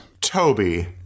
toby